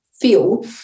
feel